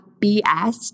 BS